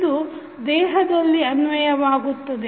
ಇದು ದೇಹದಲ್ಲಿ ಅನ್ವಯವಾಗುತ್ತದೆ